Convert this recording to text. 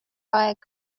aeg